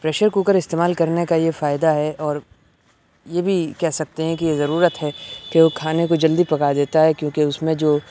pressure cooker استعمال کرنے کا یہ فائدہ ہے اور یہ بھی کہہ سکتے ہیں کہ یہ ضرورت ہے کہ وہ کھانے کو جلدی پکا دیتا ہے کیونکہ اس میں جو